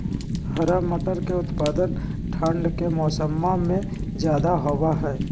हरा मटर के उत्पादन ठंढ़ के मौसम्मा में ज्यादा होबा हई